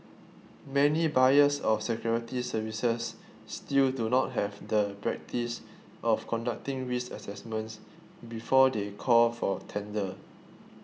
many buyers of security services still do not have the practice of conducting risk assessments before they call for tender